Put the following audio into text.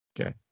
Okay